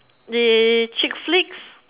did chick flicks